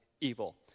evil